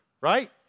Right